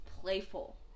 playful